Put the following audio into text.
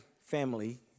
family